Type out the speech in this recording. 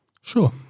Sure